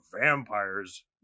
vampires